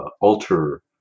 alter